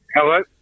Hello